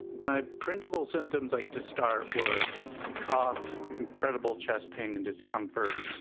my principle symptoms like to start were cough, incredible chest pain and discomfort.